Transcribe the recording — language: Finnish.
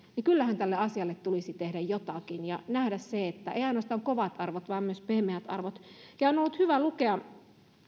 kyllähän tälle asialle tulisi tehdä jotakin ja nähdä se että ei ainoastaan kovat arvot vaan myös pehmeät arvot ja on on ollut hyvä lukea